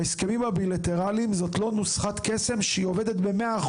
ההסכמים הבילטרליים הם לא נוסחת קסם שעובדת ב-100%.